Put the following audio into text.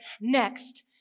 next